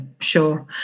sure